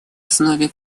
основе